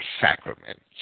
sacraments